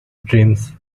dreams